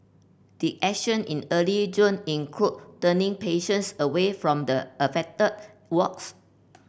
did action in early June include turning patients away from the affected wards